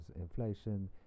inflation